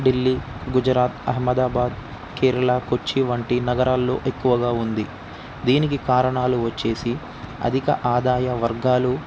ఢిల్లీ గుజరాత్ అహమదాబాద్ కేరళ కొచ్చి వంటి నగరాల్లో ఎక్కువగా ఉంది దీనికి కారణాలు వచ్చేసి అధిక ఆదాయ వర్గాలు